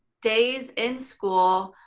days in school,